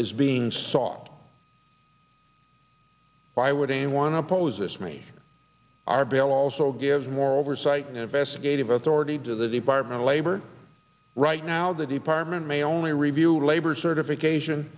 is being sought why would anyone oppose this me our bill also gives more oversight and investigative authority to the department of labor right now the department may only review labor certification